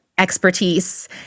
expertise